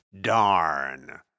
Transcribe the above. Darn